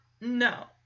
No